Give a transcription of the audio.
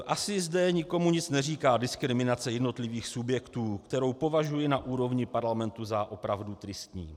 Asi zde nikomu nic neříká diskriminace jednotlivých subjektů, kterou považuji na úrovni parlamentu za opravdu tristní.